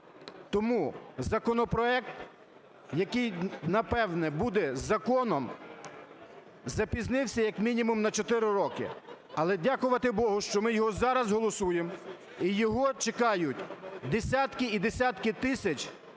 тому законопроект, який, напевне, буде законом, запізнився, як мінімум, на 4 роки. Але, дякувати Богу, що ми його зараз голосуємо і його чекають десятки і десятки тисяч